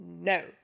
no